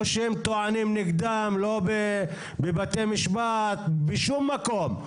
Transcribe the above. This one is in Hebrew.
לא שהם טוענים נגדם לא בבתי משפט, בשום מקום.